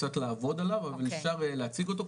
קצת לעבוד עליו ואז אפשר יהיה להציג אותו,